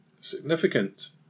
significant